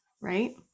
right